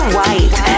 White